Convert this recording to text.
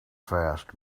fast